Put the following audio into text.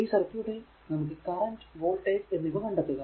ഈ സർക്യൂട്ടിൽ നമുക്ക് കറന്റ് വോൾടേജ് എന്നിവ കണ്ടെത്തുക